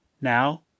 Now